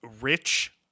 rich